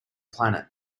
planet